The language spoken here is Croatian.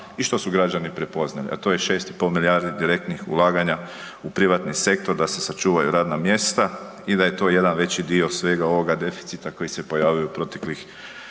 i što su građani prepoznali, a to je 6,5 milijardi direktnih ulaganja u privatni sektor da se sačuvaju radna mjesta i da je to jedan veći dio svega ovoga deficita koji se pojavio u proteklih